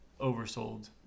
oversold